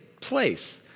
place